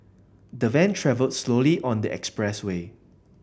the van travelled slowly on the express way